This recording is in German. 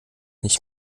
nicht